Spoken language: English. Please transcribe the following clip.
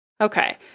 Okay